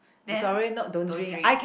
then don't drink